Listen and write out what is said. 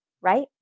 Right